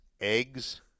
eggs